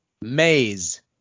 Maze